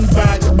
back